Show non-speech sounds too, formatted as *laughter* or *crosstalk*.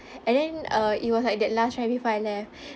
*breath* and then uh it was like that last ride before I left